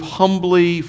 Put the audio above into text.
humbly